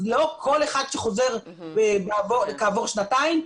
לא כל אחד שחוזר כעבור שנתיים,